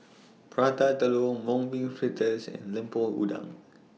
Prata Telur Mung Bean Fritters and Lemper Udang